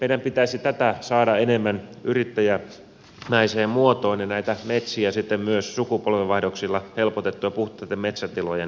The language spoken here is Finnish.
meidän pitäisi tätä saada enemmän yrittäjämäiseen muotoon ja saada näitä metsiä myös sukupolvenvaihdoksilla helpotettua puhtaitten metsätilojen osalta